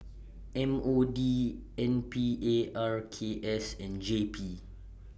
M O D N P A R K S and J P